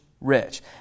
rich